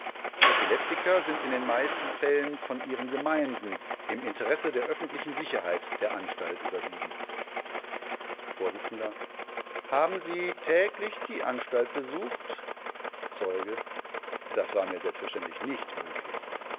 die epileptiker sind in den meisten fällen von ihren gemeinden im interesse der öffentlichen sicherheit der anstalt überwiesen vors haben sie täglich die anstalt besucht zeuge das war mir selbstverständlich nicht möglich